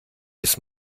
bis